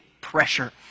pressure